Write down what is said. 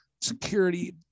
security